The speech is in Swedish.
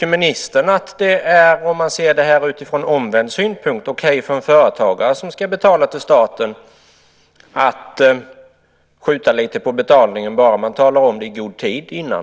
Om man ser på detta omvänt och ser till de företagare som ska betala till staten, vad tycker då ministern om att få skjuta lite grann på betalningen bara man talar om det i god tid innan?